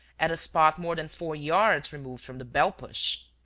at a spot more than four yards removed from the bell-push.